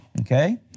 Okay